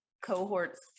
cohorts